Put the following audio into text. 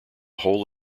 whole